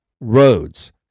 roads